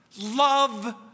love